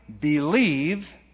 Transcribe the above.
believe